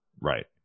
Right